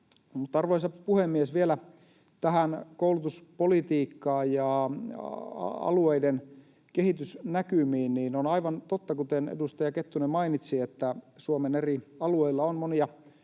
Arvoisa puhemies! Vielä koulutuspolitiikkaan ja alueiden kehitysnäkymiin: On aivan totta, kuten edustaja Kettunen mainitsi, että Suomen eri alueilla on monia